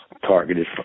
targeted